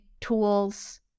tools